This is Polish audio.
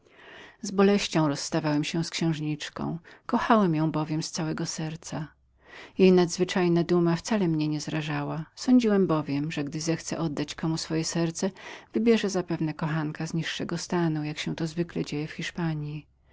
z boleścią rozstawałem się z księżniczką kochałem ją bowiem z całego serca jej nadzwyczajna duma wcale mnie nie zrażała sądziłem bowiem że gdy zechce oddać komu swoje serce wybierze zapewne kochanka z niższego stanu jak się to zwykle dzieje w hiszpanji